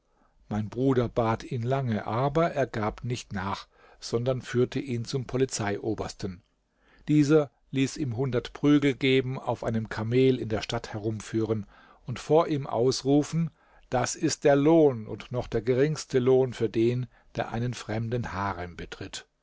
mein bruder bat ihn lange aber er gab nicht nach sondern führte ihn zum polizeiobersten dieser ließ ihm hundert prügel geben auf einem kamel in der stadt herumführen und vor ihm ausrufen das ist der lohn und noch der geringste lohn für den der einen fremden harem betritt